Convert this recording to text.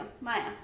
Maya